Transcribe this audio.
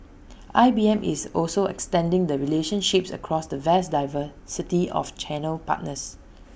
I B M is also extending the relationships across the vast diversity of channel partners